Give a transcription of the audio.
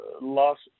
lost